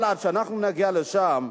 אבל עד שאנחנו נגיע לשם,